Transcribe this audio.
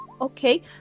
okay